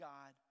God